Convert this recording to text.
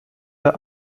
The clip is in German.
der